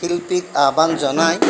শিল্পীক আহ্বান জনাই